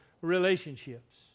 relationships